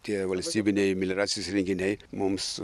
tie valstybiniai melioracijos įrenginiai mums